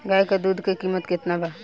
गाय के दूध के कीमत केतना बा?